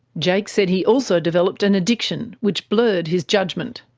jake said he also developed an addiction, which blurred his judgement.